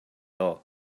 all